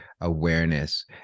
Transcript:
awareness